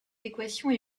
équations